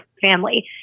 family